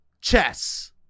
Chess